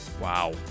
Wow